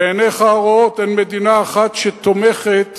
ועיניך הרואות: אין מדינה אחת שתומכת